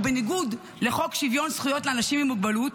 ובניגוד לחוק שוויון זכויות לאנשים עם מוגבלות,